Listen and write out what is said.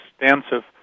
extensive